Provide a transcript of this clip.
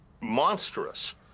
monstrous